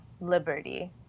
liberty